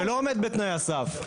אבל הוא ענה לך שזה מוסדר.